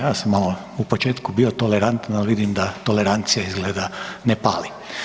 Ja sam malo u početku bio tolerantan, ali vidim da tolerancija izgleda ne pali.